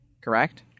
Correct